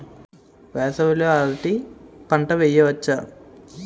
వేసవి లో అరటి పంట వెయ్యొచ్చా?